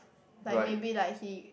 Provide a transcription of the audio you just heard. like maybe like he